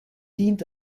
dient